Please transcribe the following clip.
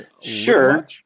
Sure